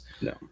No